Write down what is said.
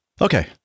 Okay